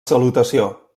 salutació